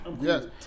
Yes